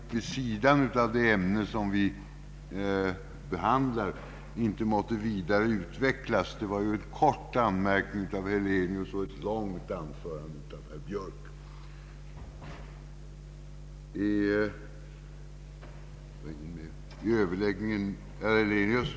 Jag uttrycker förhoppningen att den debatt som uppkommit, och som gått vid sidan av det ämne vi behandlar, inte måtte vidare utvecklas. Det var ju en kort anmärkning av herr Hernelius och ett långt anförande av herr Björk.